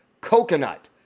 Coconut